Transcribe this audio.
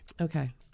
Okay